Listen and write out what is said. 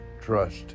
trust